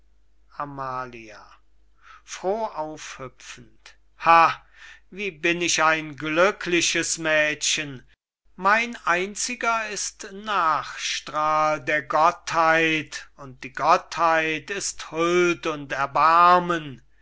amalia froh aufhüpfend ha wie bin ich ein glückliches mädchen mein einziger ist nachstrahl der gottheit und die gottheit ist huld und erbarmen